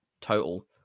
total